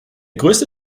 größte